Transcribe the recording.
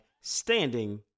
standing